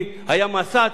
נולדה הצעת החוק.